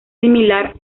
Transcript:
similar